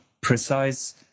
precise